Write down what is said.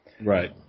Right